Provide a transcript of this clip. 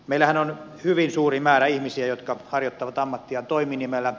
meillähän on hyvin suuri määrä ihmisiä jotka harjoittavat ammattiaan toiminimellä